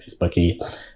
Facebooky